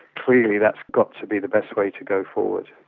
clearly that's got to be the best way to go forward.